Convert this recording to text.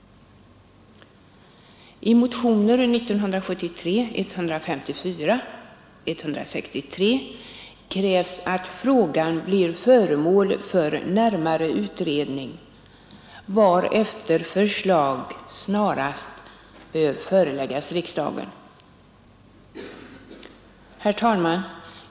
I motionerna 154 och 163 krävs att frågan blir föremål för närmare utredning, varför förslag snarast bör föreläggas riksdagen. Herr talman!